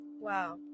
Wow